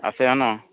আছে আৰু ন